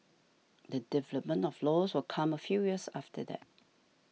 the development of laws will come a few years after that